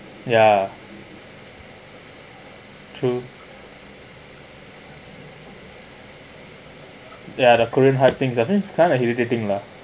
ya true ya the korean hard things I think kind of irritating lah